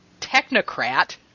technocrat